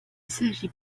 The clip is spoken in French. s’agit